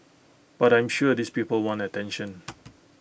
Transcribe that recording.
but I'm sure these people want attention